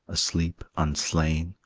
asleep, unslain,